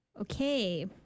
Okay